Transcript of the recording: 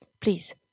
Please